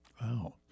Wow